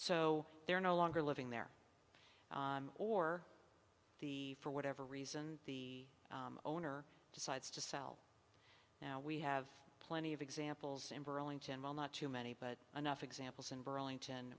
so they're no longer living there or the for whatever reason the owner decides to sell now we have plenty of examples in burlington well not too many but enough examples in burlington